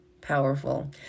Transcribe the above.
powerful